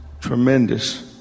tremendous